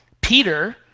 Peter